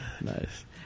Nice